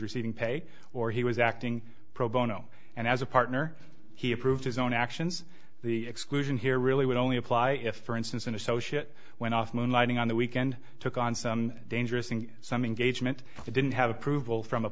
receiving pay or he was acting pro bono and as a partner he approved his own actions the exclusion here really would only apply if for instance an associate went off moonlighting on the weekend took on some dangerous thing some engagement didn't have approval from a